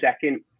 second